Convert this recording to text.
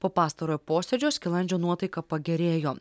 po pastarojo posėdžio skilandžio nuotaika pagerėjo